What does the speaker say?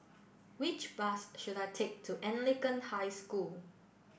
which bus should I take to Anglican High School